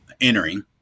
entering